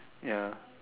ya